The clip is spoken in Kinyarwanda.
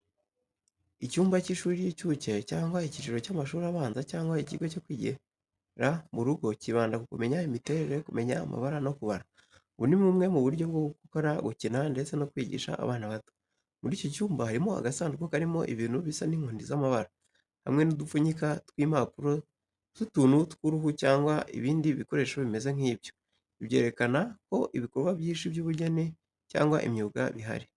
Icyumba cy'ishuri ry'incuke cyangwa icyiciro cy'amashuri abanza cyangwa ikigo cyo kwigira mu rugo cyibanda ku kumenya imiterere, kumenya amabara, no kubara. Ubu ni bumwe mu buryo bwo gukora, gukina ndetse no kwigisha abana bato. Muri iki cyumba harimo agasanduku karimo ibintu bisa n'inkoni z'amabara, hamwe n'udupfunyika tw'impapuro z'utuntu tw'uruhu cyangwa ibindi bikoresho bimeze nk'ibyo. Ibi byerekana ko ibikorwa byinshi by'ubugeni cyangwa imyuga bihari.